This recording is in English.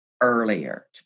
earlier